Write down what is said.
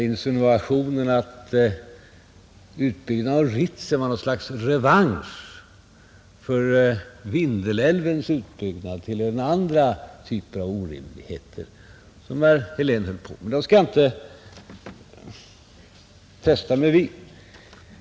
Insinuationen att utbyggnaden av Ritsem var något slags revansch för Vindelälven är den andra typ av orimligheter som herr Heléns anförande innehöll. Dem skall jag inte fästa mig vid.